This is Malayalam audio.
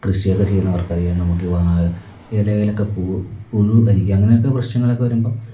കൃഷിയൊക്കെ ചെയ്യുന്നവർക്കറിയാം നമുക്ക് ഈ ഇലയിലൊക്കെ പുഴു അരിക്കും അങ്ങനെയൊക്കെ പ്രശ്നങ്ങളൊക്കെ വരുമ്പം